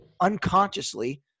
unconsciously